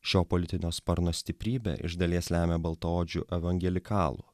šio politinio sparno stiprybę iš dalies lemia baltaodžių evangelikalų